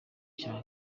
cya